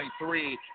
23